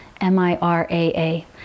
M-I-R-A-A